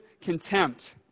contempt